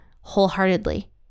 wholeheartedly